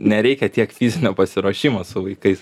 nereikia tiek fizinio pasiruošimo su vaikais